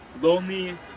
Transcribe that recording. Lonely